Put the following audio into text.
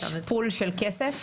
יש פול של כסף,